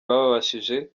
babashije